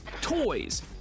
toys